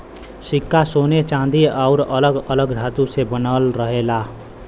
सिक्का सोने चांदी आउर अलग अलग धातु से बनल रहेला